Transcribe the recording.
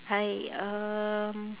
I um